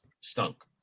stunk